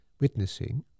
witnessing